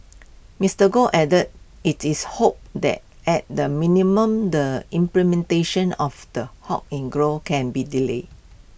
Mister Goh added IT is hoped that at the minimum the implementation of the halt in growth can be delayed